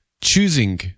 Choosing